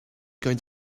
going